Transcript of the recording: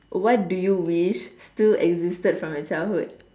what do you wish still existed from your childhood